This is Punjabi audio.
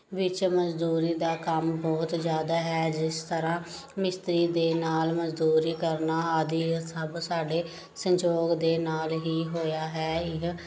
ਵਿੱਚ ਮਜ਼ਦੂਰੀ ਦਾ ਕੰਮ ਬਹੁਤ ਜ਼ਿਆਦਾ ਹੈ ਜਿਸ ਤਰ੍ਹਾਂ ਮਿਸਤਰੀ ਦੇ ਨਾਲ ਮਜ਼ਦੂਰੀ ਕਰਨਾ ਆਦਿ ਸਭ ਸਾਡੇ ਸੰਯੋਗ ਦੇ ਨਾਲ ਹੀ ਹੋਇਆ ਹੈ ਇਹ